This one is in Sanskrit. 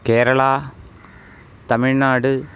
केरळा तमिळ्नाडु